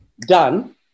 done